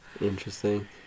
Interesting